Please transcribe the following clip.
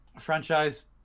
franchise